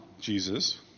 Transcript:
Jesus